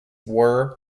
were